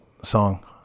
song